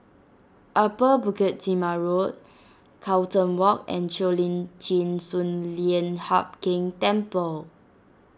Upper Bukit Timah Road Carlton Walk and Cheo Lim Chin Sun Lian Hup Keng Temple